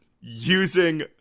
using